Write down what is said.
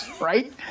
right